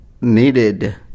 needed